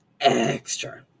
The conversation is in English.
extra